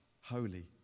holy